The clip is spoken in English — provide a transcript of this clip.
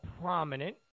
prominent